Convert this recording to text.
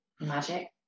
Magic